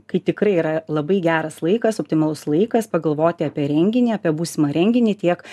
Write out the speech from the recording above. kai tikrai yra labai geras laikas optimalus laikas pagalvoti apie renginį apie būsimą renginį tiek